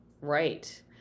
Right